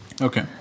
Okay